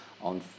on